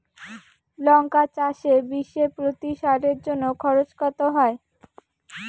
লঙ্কা চাষে বিষে প্রতি সারের জন্য খরচ কত হয়?